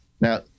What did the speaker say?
Now